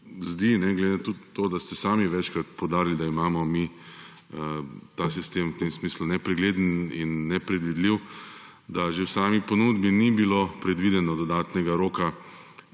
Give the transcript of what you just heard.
zdi glede na tudi to, da ste sami večkrat poudarili, da imamo mi ta sistem v tem smislu nepregleden in nepredvidljiv, da že v sami ponudbi ni bilo predvideno dodatnega roka,